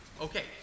Okay